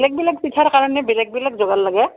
বেলেগ বেলেগ পিঠাৰ কাৰণে বেলেগ বেলেগ যোগাৰ লাগে